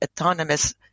autonomous